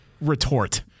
retort